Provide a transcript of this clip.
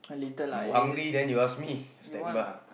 you hungry then you ask me